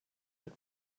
had